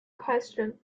question